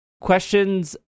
Questions